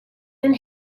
and